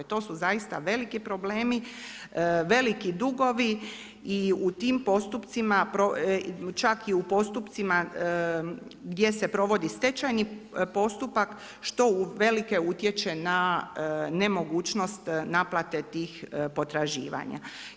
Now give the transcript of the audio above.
To su zaista veliki problemi, veliki dugovi i u tim postupcima, čak i u postupcima gdje se provodi stečajni postupak što uvelike utječe na nemogućnost naplate tih potraživanja.